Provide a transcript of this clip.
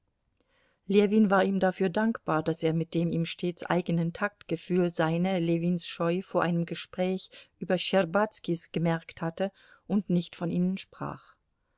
ljewin war ihm dafür dankbar daß er mit dem ihm stets eigenen taktgefühl seine ljewins scheu vor einem gespräche über schtscherbazkis gemerkt hatte und nicht von ihnen sprach